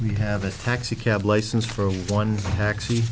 we have a taxicab license for one taxi